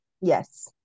Yes